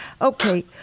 Okay